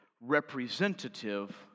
representative